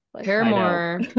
Paramore